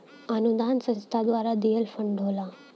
अनुदान संस्था द्वारा दिहल फण्ड होला